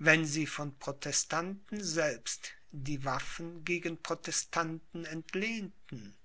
wenn sie von protestanten selbst die waffen gegen protestanten entlehnten